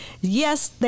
yes